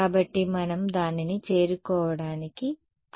కాబట్టి మనము దానిని చేరుకోవడానికి ప్రయత్నిస్తున్నాము